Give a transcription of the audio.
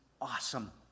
awesome